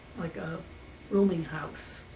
like a rooming house.